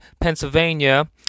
Pennsylvania